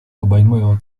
obejmują